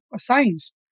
science